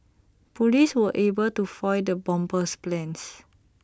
Police were able to foil the bomber's plans